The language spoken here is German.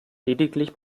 lediglich